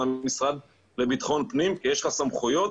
זה המשרד לבטחון פנים כי יש לך סמכויות